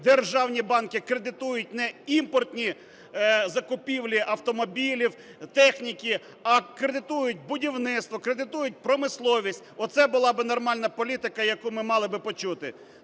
державні банки кредитують не імпортні закупівлі автомобілів, техніки, а кредитують будівництво, кредитують промисловість – оце була би нормальна політика, яку ми мали би почути.